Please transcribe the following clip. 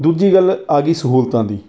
ਦੂਜੀ ਗੱਲ ਆ ਗਈ ਸਹੂਲਤਾਂ ਦੀ